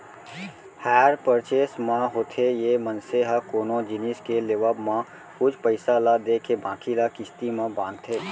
hire purchase म होथे ये मनसे ह कोनो जिनिस के लेवब म कुछ पइसा ल देके बाकी ल किस्ती म बंधाथे